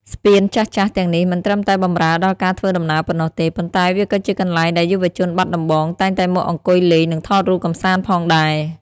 ស្ពានចាស់ៗទាំងនេះមិនត្រឹមតែបម្រើដល់ការធ្វើដំណើរប៉ុណ្ណោះទេ ប៉ុន្តែវាក៏ជាកន្លែងដែលយុវជនបាត់ដំបងតែងតែមកអង្គុយលេង និងថតរូបកម្សាន្តផងដែរ។